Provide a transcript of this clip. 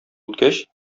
үткәч